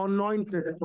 Anointed